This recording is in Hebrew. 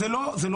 זו לא בדיחה.